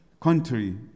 country